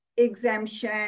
Exemption